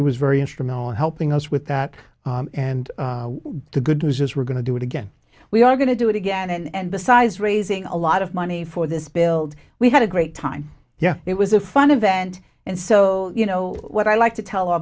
very instrumental in helping us with that and the good news is we're going to do it again we are going to do it again and besides raising a lot of money for this build we had a great time yeah it was a fun event and so you know what i like to tell a